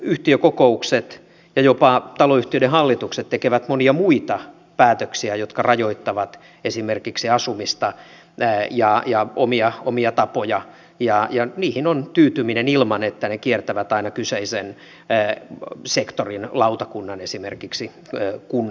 yhtiökokoukset ja jopa taloyhtiöiden hallitukset tekevät monia muita päätöksiä jotka rajoittavat esimerkiksi asumista ja omia tapoja ja niihin on tyytyminen ilman että ne kiertävät aina kyseisen sektorin lautakunnan esimerkiksi kunnassa